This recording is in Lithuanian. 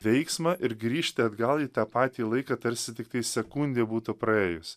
veiksmą ir grįžt atgal į tą patį laiką tarsi tiktai sekundė būtų praėjus